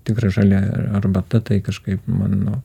tikra žalia arbata tai kažkaip mano